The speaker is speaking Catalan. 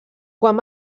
quan